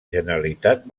generalitat